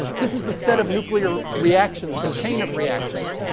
this is the set of nuclear reactions, the chain of reactions,